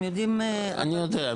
הם יודעים --- אני יודע,